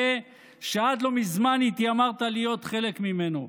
שעד לא מזמן התיימרת להיות חלק ממנו.